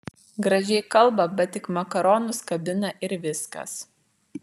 gražiai kalba bet tik makaronus kabina ir viskas